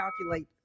calculate